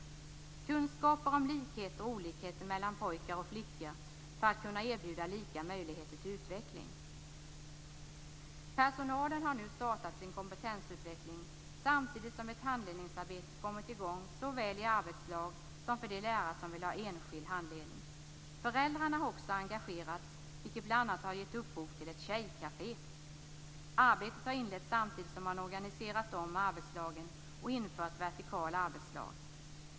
Man vill ha kunskaper om likheter och olikheter mellan pojkar och flickor för att kunna erbjuda lika möjligheter till utveckling. Personalen har nu startat sin kompetensutveckling samtidigt som ett handledningsarbete har kommit i gång såväl i arbetslag som för de lärare som vill ha enskild handledning. Föräldrarna har också engagerats, vilket bl.a. har gett upphov till ett tjejkafé. Arbetet har inletts samtidigt som man har organiserat om arbetslagen och infört vertikala arbetslag.